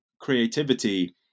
creativity